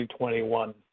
2021